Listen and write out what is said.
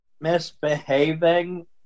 misbehaving